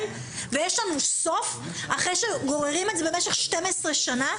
ויש לנו סוף אחרי שגוררים את זה במשך 12 שנה?